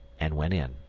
and went in.